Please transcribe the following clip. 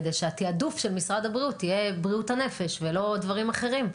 כדי שהתעדוף של משרד הבריאות יהיה בריאות הנפש ולא דברים אחרים.